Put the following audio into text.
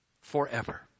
Forever